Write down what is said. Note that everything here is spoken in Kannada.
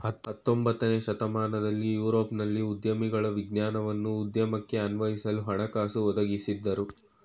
ಹತೊಂಬತ್ತನೇ ಶತಮಾನದಲ್ಲಿ ಯುರೋಪ್ನಲ್ಲಿ ಉದ್ಯಮಿಗಳ ವಿಜ್ಞಾನವನ್ನ ಉದ್ಯಮಕ್ಕೆ ಅನ್ವಯಿಸಲು ಹಣಕಾಸು ಒದಗಿಸಿದ್ದ್ರು